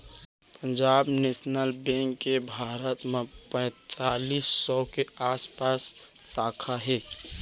Punjab national bank के भारत म पैतालीस सौ के आसपास साखा हे